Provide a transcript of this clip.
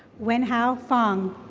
wen hao fung.